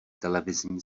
televizní